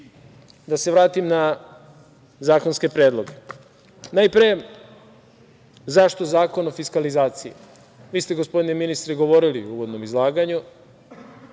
se vratim na zakonske predloge. Najpre, zašto Zakon o fiskalizaciji? Vi ste, gospodine ministre, govorili u uvodnom izlaganju,